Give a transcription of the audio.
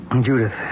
Judith